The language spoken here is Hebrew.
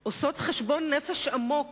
עושות חשבון נפש עמוק